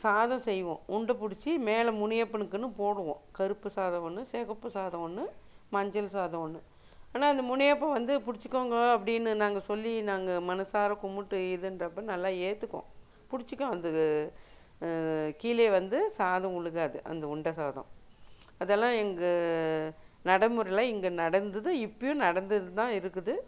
சாதம் செய்வோம் உருண்டை பிடிச்சி மேலே முனியப்பனுக்கின்னு போடுவோம் கருப்பு சாதம் ஒன்று சிகப்பு சாதம் ஒன்று மஞ்சள் சாதம் ஒன்று ஆனால் அந்த முனியப்பன் வந்து பிடுச்சிக்கோங்க அப்படின்னு நாங்கள் சொல்லி நாங்கள் மனதார கும்பிட்டு இதுன்றப்ப நல்லா ஏற்றுக்கும் பிடிச்சிக்கும் அந்த கீழே வந்து சாதம் விழுகாது அந்த உருண்டை சாதம் அதெல்லாம் எங்கள் நடைமுறையில் இங்கே நடந்தது இப்பயும் நடந்துகிட்டுதான் இருக்குது